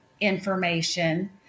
information